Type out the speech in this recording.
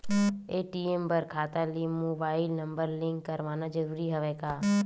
ATM बर खाता ले मुबाइल नम्बर लिंक करवाना ज़रूरी हवय का?